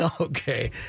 Okay